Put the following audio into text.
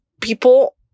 people